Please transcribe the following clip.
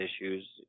issues